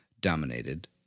dominated